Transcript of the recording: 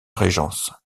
régence